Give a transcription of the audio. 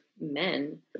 men